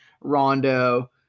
Rondo